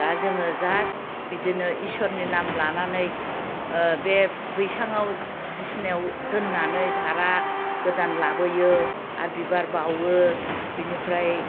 दा जोङो जास्ट बिदिनो इसोरनि नाम लानानै बे बैसाङाव बिसिनायाव दोननानै धारा गोदान लाबोयो आरो बिबार बावो बेनिफ्राय